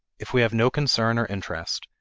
if we have no concern or interest,